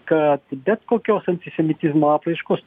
kad bet kokios antisemitizmo apraiškos